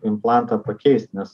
implantą pakeist nes